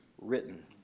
written